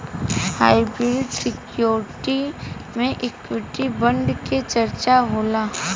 hybrid security में equity bond के चर्चा होला